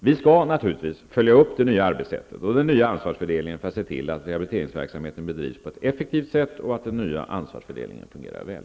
Vi skall naturligtvis följa upp det nya arbetssättet och den nya ansvarsfördelningen för att se till att rehabiliteringsverksamheten bedrivs på ett effektivt sätt och att den nya ansvarsfördelningen fungerar väl.